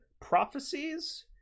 prophecies